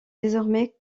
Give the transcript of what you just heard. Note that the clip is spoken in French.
désormais